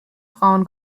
frauen